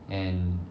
and